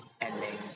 ending